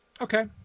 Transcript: Okay